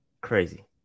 Crazy